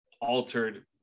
altered